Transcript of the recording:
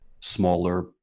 smaller